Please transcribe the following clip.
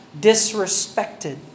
disrespected